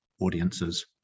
audiences